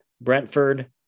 Brentford